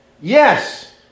yes